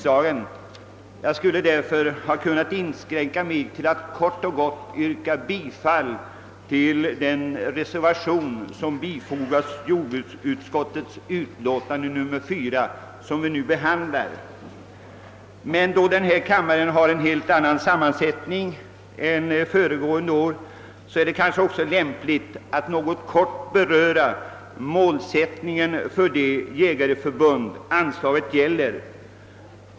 Därför skulle jag ha kunnat inskränka mig till att kort och gott yrka bifall till den vid jordbrukets förevarande utlåtande nr 4 fogade reservationen, men eftersom denna kammare nu har en helt annan sammansättning än föregående år kan det vara lämpligt att något beröra målsättningen för det jägarförbund som detta anslag gäller.